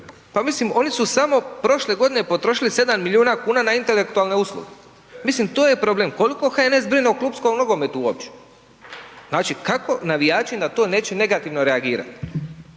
Pa mislim oni su samo prošle godine potrošili 7 milijuna kuna na intelektualne usluge, mislim to je problem. Koliko HNS brine o klupskom nogometu uopće? Kako navijači na to neće negativno reagirati?